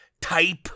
type